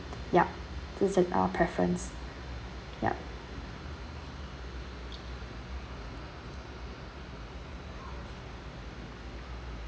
yup this is our preference yup